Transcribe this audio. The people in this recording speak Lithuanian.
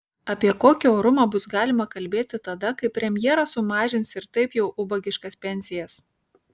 apie kokį orumą bus galima kalbėti tada kai premjeras sumažins ir taip jau ubagiškas pensijas